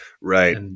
Right